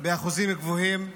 באחוזים גבוהים.